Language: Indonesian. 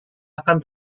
akan